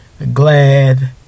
glad